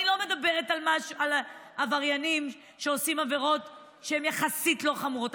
אני לא מדברת על עבריינים שעושים עבירות שהן יחסית לא חמורות.